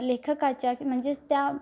लेखकाच्या म्हणजेच त्या